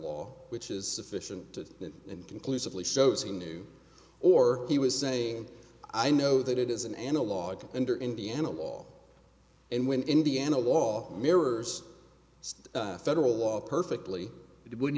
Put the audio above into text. law which is sufficient and conclusively shows he knew or he was saying i know that it is an analog under indiana law and when indiana law mirrors federal law perfectly it would